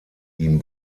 ihm